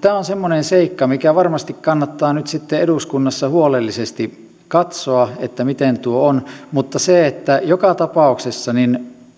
tämä on semmoinen seikka mikä varmasti kannattaa nyt sitten eduskunnassa huolellisesti katsoa että miten tuo on mutta joka tapauksessa